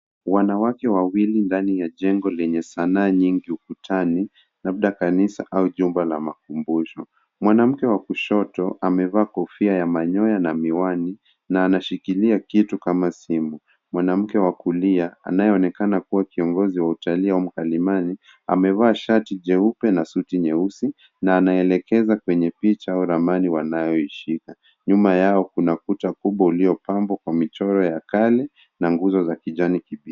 Wanawake wawili wako ndani ya jengo lenye sanaa nyingi, ikionyesha kanisa au jumba la makumbusho. Mwanamke wa kushoto amevaa kofia ya manyoya na miwani, na anashikilia kitu kinachofanana na simu. Mwanamke wa kulia anaonekana akiwa kiongozi wa mkalimani, amevaa shati jepupe na suruali ya rangi isiyo wazi, na anakadiria kwenye picha au kifaa wanachoshikilia. Nyuma yao kuna kuta kubwa zilizopambwa na michoro ya kale na nguzo